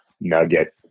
nugget